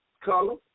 color